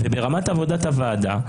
ברמת עבודת הוועדה.